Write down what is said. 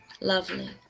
Lovely